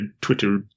twitter